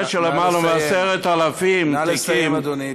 זה שלמעלה מ-10,000 תיקים, נא לסיים, אדוני.